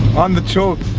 on the choke